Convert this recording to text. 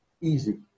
easy